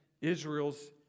Israel's